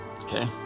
Okay